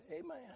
Amen